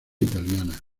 italiana